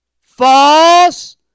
False